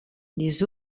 les